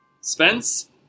Spence